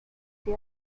she